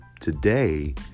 today